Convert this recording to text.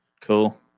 Cool